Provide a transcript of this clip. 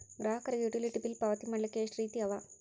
ಗ್ರಾಹಕರಿಗೆ utility bill ಪಾವತಿ ಮಾಡ್ಲಿಕ್ಕೆ ಎಷ್ಟ ರೇತಿ ಅವ?